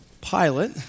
Pilate